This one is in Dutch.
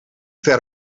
ver